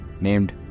named